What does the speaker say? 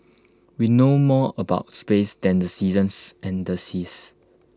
we know more about space than the seasons and the seas